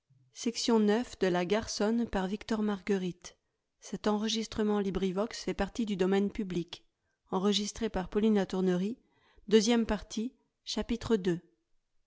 de la matière